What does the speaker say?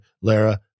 Lara